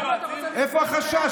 איפה החשש?